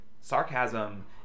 sarcasm